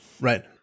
Right